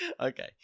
Okay